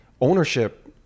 ownership